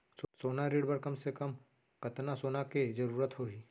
सोना ऋण बर कम से कम कतना सोना के जरूरत होही??